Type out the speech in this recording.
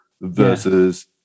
versus